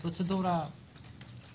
זו פרוצדורה טכנית.